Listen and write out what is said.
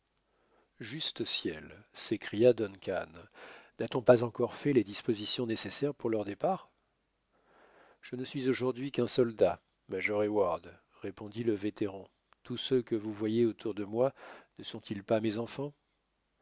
juste ciel s'écria duncan n'a-t-on pas encore fait les dispositions nécessaires pour leur départ je ne suis aujourd'hui qu'un soldat major heyward répondit le vétéran tous ceux que vous voyez autour de moi ne sont-ils pas mes enfants